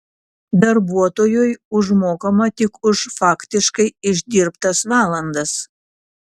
darbuotojui užmokama tik už faktiškai išdirbtas valandas